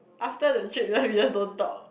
after the trip right we just don't talk